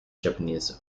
japanese